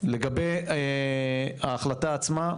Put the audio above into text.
לגבי ההחלטה עצמה,